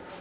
valet